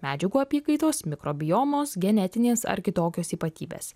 medžiagų apykaitos mikrobiomos genetinės ar kitokios ypatybės